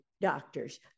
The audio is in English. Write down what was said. doctors